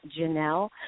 Janelle